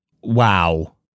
wow